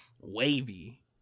wavy